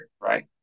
right